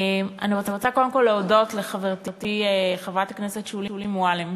אני רוצה קודם כול להודות לחברתי חברת הכנסת שולי מועלם